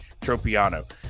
Tropiano